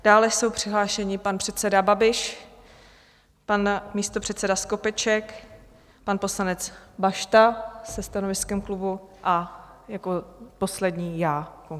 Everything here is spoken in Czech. Dále jsou přihlášeni pan předseda Babiš, pan místopředseda Skopeček, pan poslanec Bašta se stanoviskem klubu a jako poslední já konkrétně.